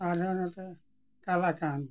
ᱟᱨ ᱦᱚᱸ ᱱᱚᱛᱮ ᱠᱟᱞᱟ ᱠᱟᱱᱛ